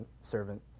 servant